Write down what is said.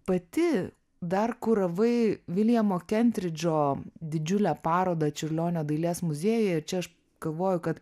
pati dar kuravai viljamo kentridžo didžiulę parodą čiurlionio dailės muziejuje ir čia aš galvoju kad